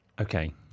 Okay